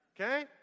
Okay